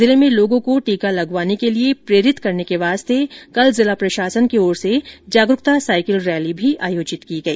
जिले में लोगों को टीका लगवाने के लिए प्रेरित करने के वास्ते कल जिला प्रशासन की ओर से जागरूकता साइकिल रैली आयोजित की गई